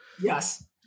Yes